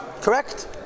Correct